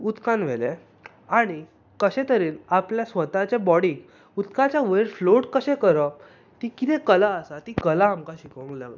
उदकांत व्हेलें आनी कशें तरेन आपल्या स्वताच्या बाॅडीक उदकाच्या वयर फ्लाॅट कशें करप ती कितें कला आसा ती कला आमकां शिकोवंक लागलो